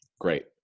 great